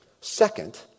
Second